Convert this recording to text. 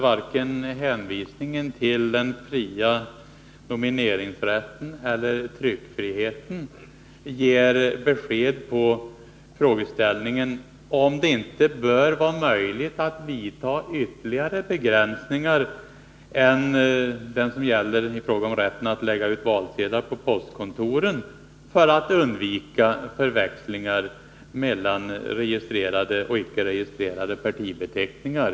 Varken hänvisningen till den fria nomineringsrätten eller tryckfriheten ger besked på frågan om det inte bör vara möjligt att vidta ytterligare begränsningar än den som gäller i fråga om rätten att lägga ut valsedlar på postkontoren för att undvika förväxlingar mellan registrerade och icke registrerade partibeteckningar.